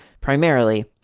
Primarily